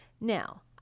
now